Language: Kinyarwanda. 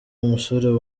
umusore